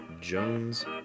Jones